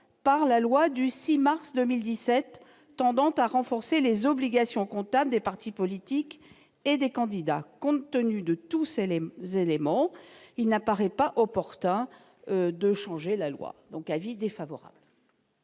par la loi du 6 mars 2017 tendant à renforcer les obligations comptables des partis politiques et des candidats. Compte tenu de tous ces éléments, il ne paraît pas opportun de changer la loi. La parole